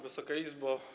Wysoka Izbo!